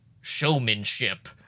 showmanship